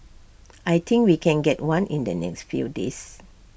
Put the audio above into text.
I think we can get one in the next few days